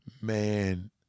Man